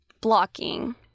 Blocking